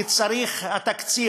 כי התקציב,